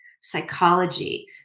psychology